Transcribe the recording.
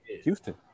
houston